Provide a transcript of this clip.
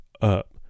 up